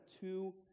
two